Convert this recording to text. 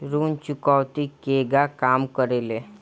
ऋण चुकौती केगा काम करेले?